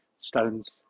stones